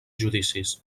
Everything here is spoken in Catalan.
judicis